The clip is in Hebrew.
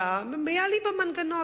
מייעלים במנגנון,